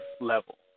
level